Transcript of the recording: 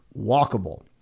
walkable